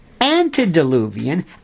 antediluvian